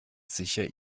sicher